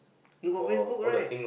you got Facebook right